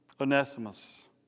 Onesimus